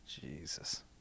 Jesus